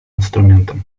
инструментом